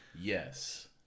Yes